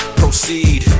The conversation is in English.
proceed